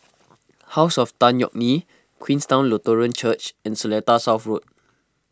House of Tan Yeok Nee Queenstown Lutheran Church and Seletar South Road